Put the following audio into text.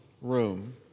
room